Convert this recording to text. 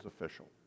official